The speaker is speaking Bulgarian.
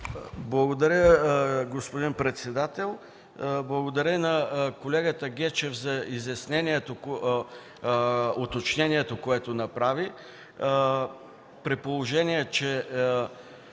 Благодаря, господин председател. Благодаря на колегата Гечев за уточнението, което направи.